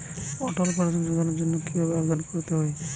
অটল pension যোজনার জন্য কি ভাবে আবেদন করতে হয়?